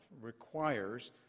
requires